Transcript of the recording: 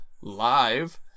live